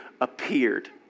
appeared